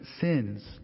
sins